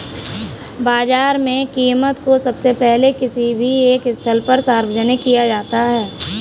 बाजार में कीमत को सबसे पहले किसी भी एक स्थल पर सार्वजनिक किया जाता है